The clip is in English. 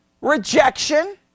rejection